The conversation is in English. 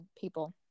people